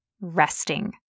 resting